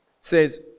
says